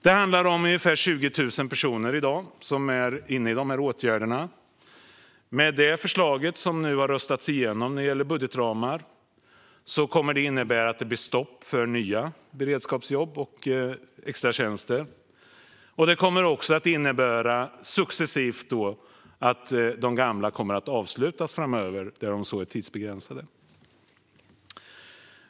Det handlar om ungefär 20 000 personer som i dag är inne i dessa åtgärder. Det förslag till budgetramar som nu har röstats igenom kommer att innebära stopp för nya beredskapsjobb och extratjänster. Det kommer också att innebära att de gamla och tidsbegränsade successivt kommer att avslutas.